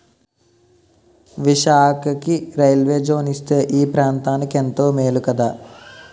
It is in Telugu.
విశాఖకి రైల్వే జోను ఇస్తే ఈ ప్రాంతనికెంతో మేలు కదా